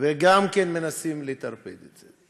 וגם כן מנסים לטרפד את זה.